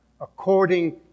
according